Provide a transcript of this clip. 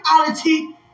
reality